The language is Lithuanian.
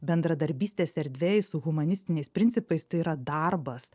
bendradarbystės erdvėj su humanistiniais principais tai yra darbas